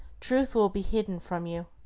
truth will be hidden from you.